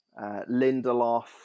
Lindelof